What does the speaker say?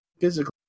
physically